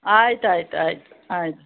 ಆಯ್ತು ಆಯ್ತು ಆಯಿತು ಆಯ್ತು